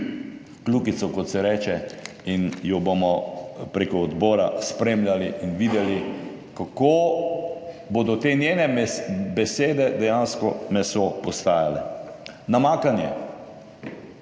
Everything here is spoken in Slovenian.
kljukico, kot se reče, in jo bomo preko odbora spremljali in videli, kako bodo te njene besede dejansko meso postajale. Namakanje.